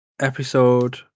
episode